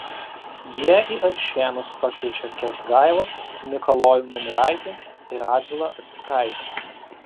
jie į alšėnus pakviečia kęsgailą mikalojų nemiraitį ir radvilą astikaitį